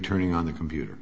turning on the computer